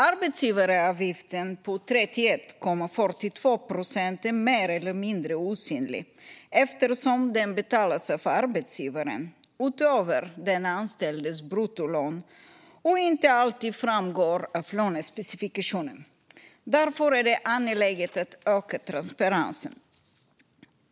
Arbetsgivaravgiften på 31,42 procent är mer eller mindre osynlig eftersom den betalas av arbetsgivaren utöver den anställdes bruttolön och inte alltid framgår av lönespecifikationen. Därför är det angeläget att öka transparensen.